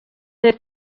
llet